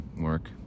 work